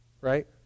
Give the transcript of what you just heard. right